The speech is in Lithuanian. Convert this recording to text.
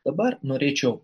dabar norėčiau